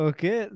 Okay